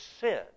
sin